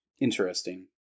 Interesting